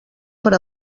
per